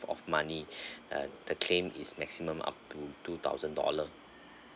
of money uh the claim is maximum up to two thousand dollar